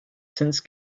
since